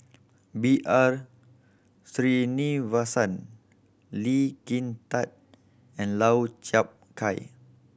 B R Sreenivasan Lee Kin Tat and Lau Chiap Khai